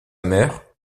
mère